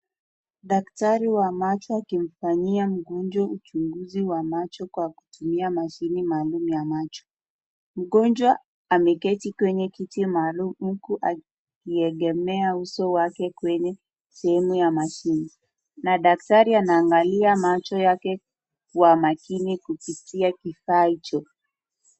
Daktari wa macho akimfanyia mgonjwa uchunguzi wa macho kwa kutumia mashini maalum ya macho. Mgonjwa ameketi kwenye kiti maalum huku akiegemea uso wake kwenye sehemu ya mashini, na daktari anaangalia macho yake kwa makini kupitia kifaa hicho.